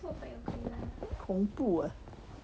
恐怖 ah